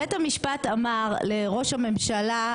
בית המשפט אמר לראש ממשלה,